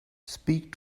speak